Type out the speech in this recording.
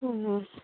অঁ